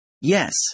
Yes